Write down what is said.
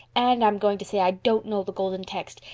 and i'm going to say i don't know the golden text.